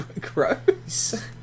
Gross